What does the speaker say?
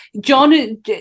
John